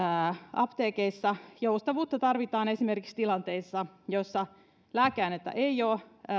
apteekeissa joustavuutta tarvitaan esimerkiksi tilanteissa joissa lääkeainetta ei ole